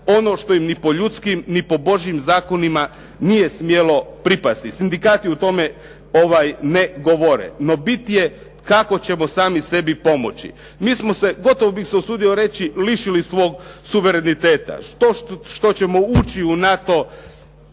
ono što im ni po ljudskim ni po Božjim zakonima nije smjelo pripasti. Sindikati o tome ne govore. No bit je kako ćemo sami sebi pomoći. Mi smo se, gotovo bih se usudio reći lišili svog suvereniteta. Što ćemo ući u NATO